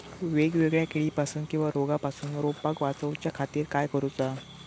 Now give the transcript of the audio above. वेगवेगल्या किडीपासून किवा रोगापासून रोपाक वाचउच्या खातीर काय करूचा?